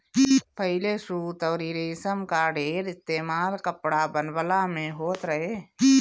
पहिले सूत अउरी रेशम कअ ढेर इस्तेमाल कपड़ा बनवला में होत रहे